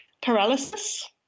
paralysis